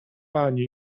pani